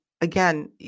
again